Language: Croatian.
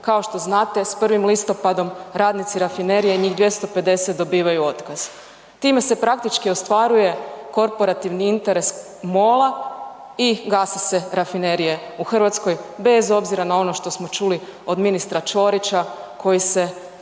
kao što znate s 1. listopadom radnici rafinerije, njih 250 dobivaju otkaz. Time se praktički ostvaruje korporativni interes MOL-a i gase se rafinerije u Hrvatskoj bez obzira na ono što smo čuli od ministra Ćorića koji se